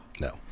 No